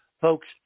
folks